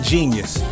genius